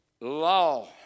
Law